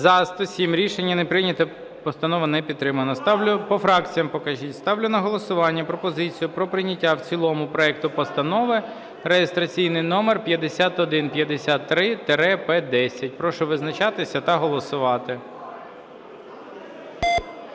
За-107 Рішення не прийнято. Постанова не підтримана. По фракціях покажіть. Ставлю на голосування пропозицію про прийняття в цілому проекту постанови реєстраційний номер 5153-П10. Прошу визначатися та голосувати.